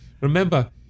remember